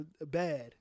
Bad